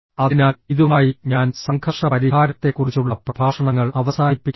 അതിനാൽ ഇതുമായി ഞാൻ സംഘർഷ പരിഹാരത്തെക്കുറിച്ചുള്ള പ്രഭാഷണങ്ങൾ അവസാനിപ്പിക്കുന്നു